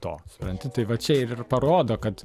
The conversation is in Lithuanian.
to supranti tai va čia ir parodo kad